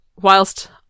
whilst